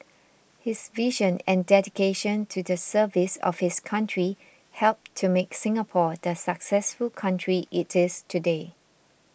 his vision and dedication to the service of his country helped to make Singapore the successful country it is today